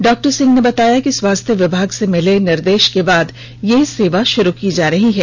doctor Singh ने बताया कि स्वास्थ्य विभाग से मिले निर्देषा के बाद ये सेवा शुरू की जा रही है